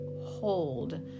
hold